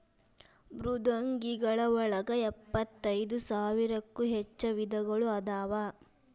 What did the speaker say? ಮೃದ್ವಂಗಿಗಳ ಒಳಗ ಎಂಬತ್ತೈದ ಸಾವಿರಕ್ಕೂ ಹೆಚ್ಚ ವಿಧಗಳು ಅದಾವ